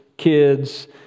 kids